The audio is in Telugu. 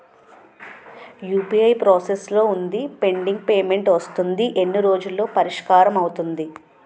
యు.పి.ఐ ప్రాసెస్ లో వుంది పెండింగ్ పే మెంట్ వస్తుంది ఎన్ని రోజుల్లో పరిష్కారం అవుతుంది